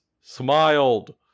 smiled